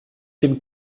dem